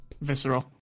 Visceral